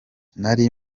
nari